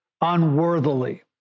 unworthily